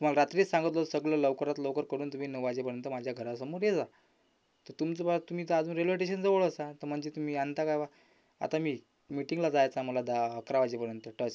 तुम्हाला रात्रीच सांगितलं होतं सगळं लवकरात लवकर करून तुम्ही नऊ वाजेपर्यंत माझ्या घरासमोर येजा तर तुमचं बा तुम्ही तर अजून रेल्वे टेशनजवळच हा तर म्हणजे तुम्ही आणता काय बा आता मी मीटिंगला जायचा मला दहाअकरा वाजेपर्यंत टस